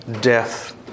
death